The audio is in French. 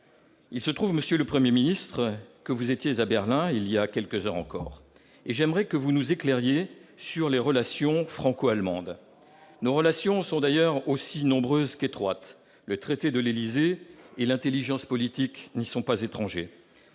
du Benelux. Monsieur le Premier ministre, vous étiez à Berlin il y a quelques heures encore. J'aimerais que vous nous éclairiez sur les relations franco-allemandes, aussi nombreuses qu'étroites : le traité de l'Élysée et l'intelligence politique n'y sont pas étrangers.